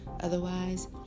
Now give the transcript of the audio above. Otherwise